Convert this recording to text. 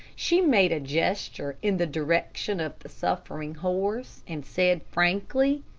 she made a gesture in the direction of the suffering horse, and said, frankly,